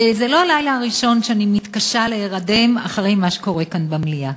וזה לא הלילה הראשון שאני מתקשה להירדם אחרי מה שקורה כאן במליאה.